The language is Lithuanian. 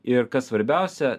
ir kas svarbiausia